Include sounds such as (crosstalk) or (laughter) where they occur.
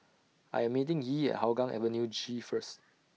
I Am meeting Yee At Hougang Avenue G First (noise)